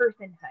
personhood